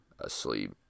asleep